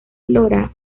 flora